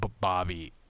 Bobby